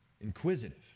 inquisitive